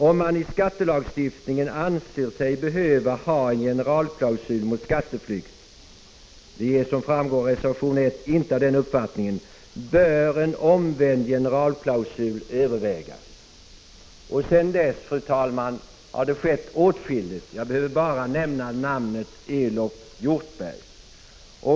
Om man i skattelagstiftningen anser sig behöva ha en generalklausul mot skatteflykt — vi är som framgår av reservation 1 inte av den uppfattningen — bör en omvänd generalklausul övervägas.” Fru talman! Sedan dess har det skett åtskilligt; jag behöver bara nämna namnet Evert Hjortberg.